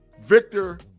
Victor